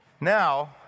Now